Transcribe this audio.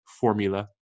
formula